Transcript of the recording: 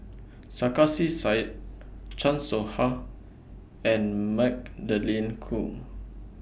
Sarkasi Said Chan Soh Ha and Magdalene Khoo